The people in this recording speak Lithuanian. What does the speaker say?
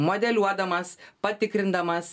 modeliuodamas patikrindamas